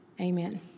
Amen